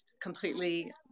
completely